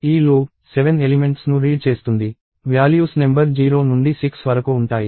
ఈ loop 7 elements ను read చేస్తుంది వ్యాల్యూస్ నెంబర్ 0 నుండి 6 వరకు ఉంటాయి